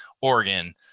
Oregon